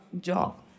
job